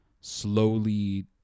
slowly